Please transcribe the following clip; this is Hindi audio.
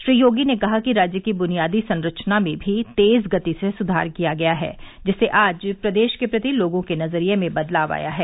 श्री योगी ने कहा कि राज्य की बुनियादी संरचना में भी तेज गति से सुधार किया गया है जिससे आज प्रदेश के प्रति लोगों के नजरिये में बदलाव आया है